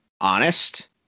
honest